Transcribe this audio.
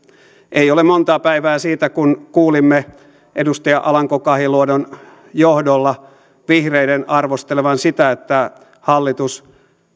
ei ole montaa päivää siitä kun kuulimme edustaja alanko kahiluodon johdolla vihreiden arvostelevan sitä että hallitus